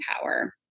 power